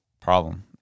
problem